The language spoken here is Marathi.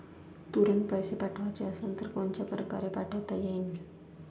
तुरंत पैसे पाठवाचे असन तर कोनच्या परकारे पाठोता येईन?